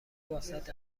واست